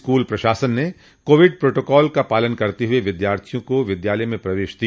school प्रशासन ने Covid protocol का पालन करते हुए विद्यार्थियों को विद्यालय में प्रवेश दिया